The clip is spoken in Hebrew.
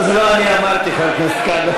חבר הכנסת כבל,